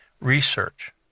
research